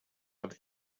have